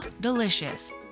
delicious